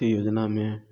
इसी योजना में